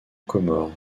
comore